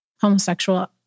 homosexual